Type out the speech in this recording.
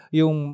yung